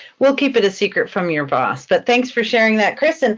we'll keep it a secret from your boss, but thanks for sharing that chris. and